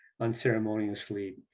unceremoniously